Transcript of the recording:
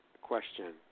question